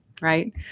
right